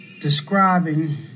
describing